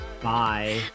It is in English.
Bye